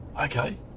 Okay